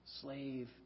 Slave